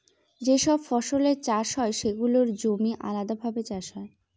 যে সব ফসলের চাষ হয় সেগুলোর জমি আলাদাভাবে চাষ হয়